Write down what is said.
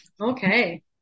Okay